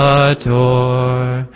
adore